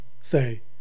say